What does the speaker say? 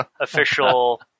official